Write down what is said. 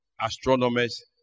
Astronomers